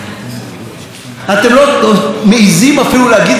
אתם לא מעיזים אפילו להגיד את זה פה מעל הדוכן,